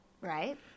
Right